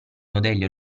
modelli